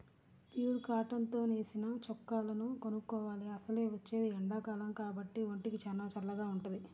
pure cotton తో నేసిన చొక్కాలను కొనుక్కోవాలి, అసలే వచ్చేది ఎండాకాలం కాబట్టి ఒంటికి చానా చల్లగా వుంటది